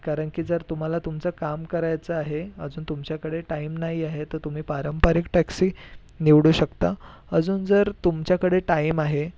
कारण की जर तुम्हाला तुमचं काम करायचं आहे अजून तुमच्याकडे टाइम नाही आहे तर तुम्ही पारंपरिक टॅक्सी निवडू शकता अजून जर तुमच्याकडे टाइम आहे